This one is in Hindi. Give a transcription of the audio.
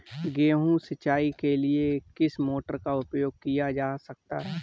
गेहूँ सिंचाई के लिए किस मोटर का उपयोग किया जा सकता है?